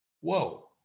whoa